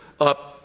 up